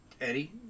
Eddie